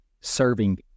serving